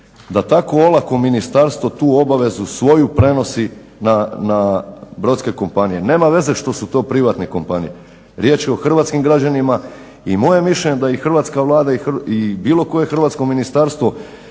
da tako olako ministarstvo tu obavezu, svoju prenosi na brodske kompanije. Nema veze što su to privatne kompanije riječ je o hrvatskim građanima i moje mišljenje je da i hrvatska Vlada i bilo koje hrvatsko ministarstvo